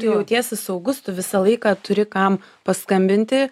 tu jautiesi saugus tu visą laiką turi kam paskambinti